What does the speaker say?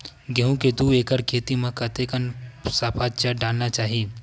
गेहूं के दू एकड़ खेती म कतेकन सफाचट डालना चाहि?